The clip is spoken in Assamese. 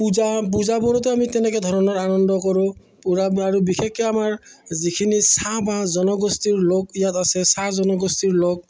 পূজা পূজাবোৰতে আমি তেনেকৈ ধৰণৰ আনন্দ কৰোঁ পূ আৰু বিশেষকৈ আমাৰ যিখিনি চাহ বা জনগোষ্ঠীৰ লোক ইয়াত আছে চাহ জনগোষ্ঠীৰ লোক